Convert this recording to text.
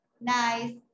nice